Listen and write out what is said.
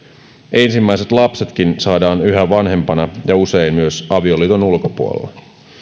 ensimmäiset lapsetkin saadaan yhä vanhempana ja usein myös avioliiton ulkopuolella